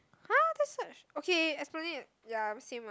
!huh! just search okay esplanade ya same lah